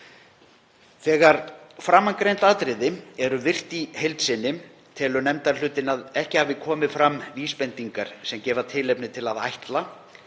Þegar framangreind atriði eru virt í heild sinni telja undirrituð að ekki hafi komið fram vísbendingar sem gefa tilefni til að ætla